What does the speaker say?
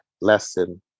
lesson